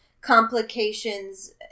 complications